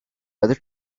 better